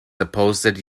supposed